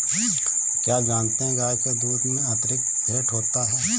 क्या आप जानते है गाय के दूध में अतिरिक्त फैट होता है